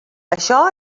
això